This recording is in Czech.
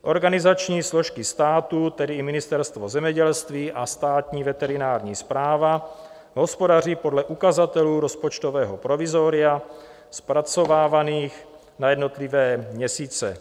Organizační služby státu, tedy i Ministerstvo zemědělství, a Státní veterinární správa hospodaří podle ukazatelů rozpočtového provizoria zpracovávaných na jednotlivé měsíce.